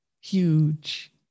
Huge